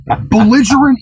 belligerent